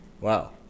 wow